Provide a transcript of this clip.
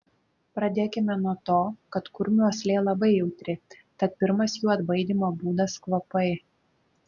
pradėkime nuo to kad kurmių uoslė labai jautri tad pirmas jų atbaidymo būdas kvapai